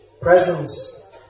presence